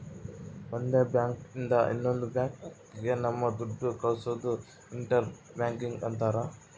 ಒಂದ್ ಬ್ಯಾಂಕ್ ಇಂದ ಇನ್ನೊಂದ್ ಬ್ಯಾಂಕ್ ಗೆ ನಮ್ ದುಡ್ಡು ಕಳ್ಸೋದು ಇಂಟರ್ ಬ್ಯಾಂಕಿಂಗ್ ಅಂತಾರ